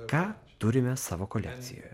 ką turime savo kolekcijoje